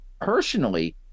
Personally